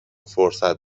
فرصت